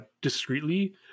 discreetly